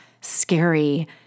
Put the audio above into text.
scary